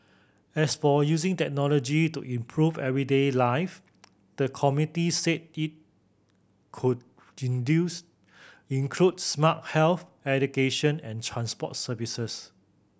as for using technology to improve everyday life the committee said it could induce include smart health education and transport services